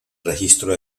registro